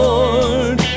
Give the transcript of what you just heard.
Lord